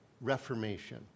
Reformation